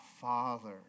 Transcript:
Father